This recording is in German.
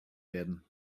werden